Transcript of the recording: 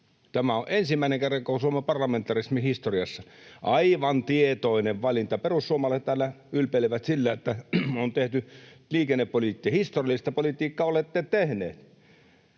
Tämä on ensimmäinen kerta koko Suomen parlamentarismin historiassa — aivan tietoinen valinta. Perussuomalaiset täällä ylpeilevät sillä, että on tehty... Historiallista politiikkaa olette tehneet: